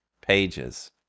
pages